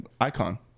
Icon